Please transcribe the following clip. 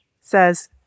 says